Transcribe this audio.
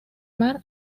mar